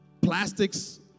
Plastics